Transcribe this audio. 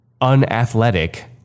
unathletic